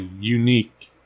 unique